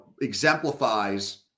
exemplifies